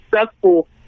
successful